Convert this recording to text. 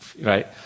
right